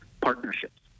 partnerships